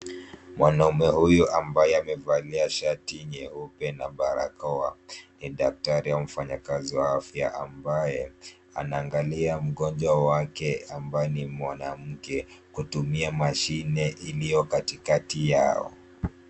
Mwanaume huyu ambaye amevalia shati nyeupe na barakoa ni daktari au mfanyikazi wa afya ambaye anaangalia mgonjwa wake ambaye ni mwanamke kutumia mashine iliyo katikati yao.